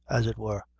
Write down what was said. as it were,